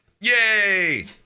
Yay